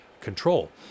control